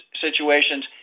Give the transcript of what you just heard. situations